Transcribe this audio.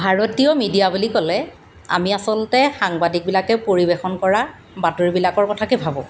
ভাৰতীয় মিডিয়া বুলি ক'লে আমি আচলতে সাংবাদিকবিলাকে পৰিৱেশন কৰা বাতৰিবিলাকৰ কথাকে ভাবোঁ